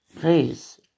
please